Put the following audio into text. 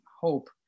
hope